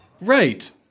Right